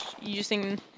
using